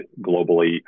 globally